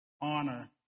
honor